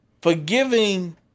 Forgiving